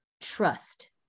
trust